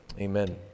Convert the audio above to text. Amen